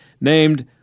named